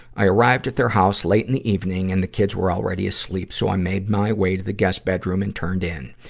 i arrived at their house late in the evening, and the kids were already asleep, so i made my way to the guest bedroom and turned in.